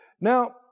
Now